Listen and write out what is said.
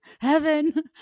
heaven